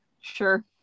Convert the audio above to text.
sure